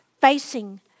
facing